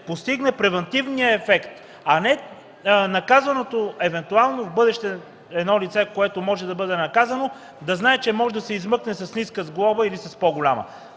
постигне превантивният ефект, а не евентуално в бъдеще едно лице, което може да бъде наказано, да знае, че може да се измъкне с ниска или с по-голяма